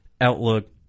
outlook